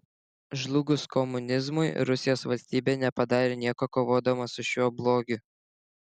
žlugus komunizmui rusijos valstybė nepadarė nieko kovodama su šiuo blogiu